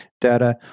data